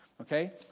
okay